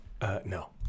no